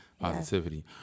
Positivity